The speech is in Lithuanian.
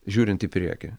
žiūrint į priekį